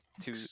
Two